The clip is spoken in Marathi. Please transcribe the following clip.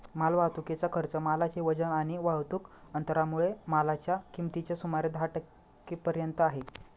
माल वाहतुकीचा खर्च मालाचे वजन आणि वाहतुक अंतरामुळे मालाच्या किमतीच्या सुमारे दहा टक्के पर्यंत आहे